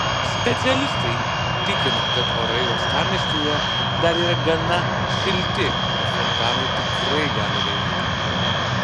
specialistai tikino kad orai uostamiestyje dar yra gana šilti ir fontanai tikrai gali veikti